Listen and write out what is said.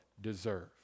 deserve